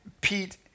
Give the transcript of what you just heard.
Pete